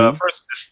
first